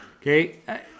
Okay